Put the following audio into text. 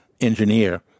engineer